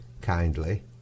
kindly